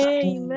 Amen